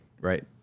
Right